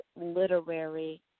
Literary